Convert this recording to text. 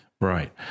Right